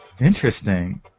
Interesting